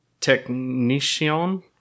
technician